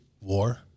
War